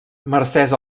mercès